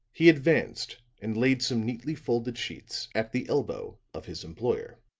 he advanced and laid some neatly folded sheets at the elbow of his employer.